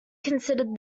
considered